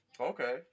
Okay